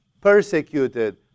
persecuted